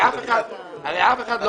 מיצינו.